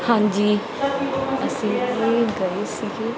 ਹਾਂਜੀ ਅਸੀਂ ਜੀ ਗਏ ਸੀਗੇ